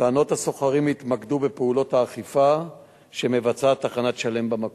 טענות הסוחרים התמקדו בפעולות האכיפה שמבצעת תחנת "שלם" במקום.